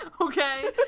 Okay